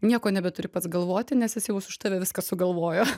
nieko nebeturi pats galvoti nes jis jau už tave viską sugalvojo